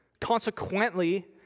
Consequently